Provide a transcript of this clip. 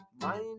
mind